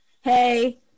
Hey